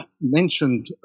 mentioned